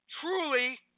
truly